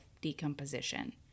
decomposition